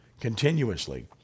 continuously